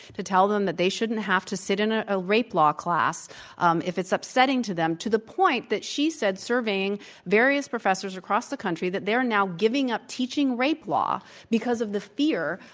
to tell them that they shouldn't have to sit in a ah rape law class um if it's upsetting to them, to the point that she said, surveying various professors a cross the country, that they are now giving up teaching rape law because of the fear